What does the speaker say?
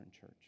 church